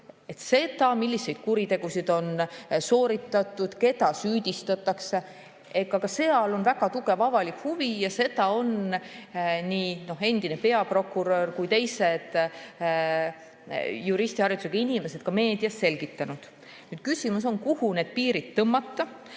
vastu, milliseid kuritegusid on sooritatud ja keda süüdistatakse, on väga tugev avalik huvi. Seda on nii endine peaprokurör kui ka teised juristiharidusega inimesed meedias selgitanud. Küsimus on, kuhu need piirid tõmmata.